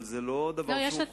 אבל זה לא דבר שהוא חובה,